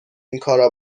اینکارا